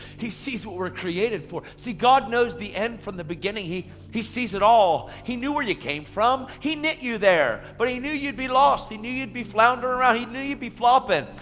he sees what we're created for. see, god knows the end from the beginning. he he sees it all. he knew where you came from. he knit you there. but he knew you'd be lost. he knew you'd be floundering around. he knew you'd be flopping.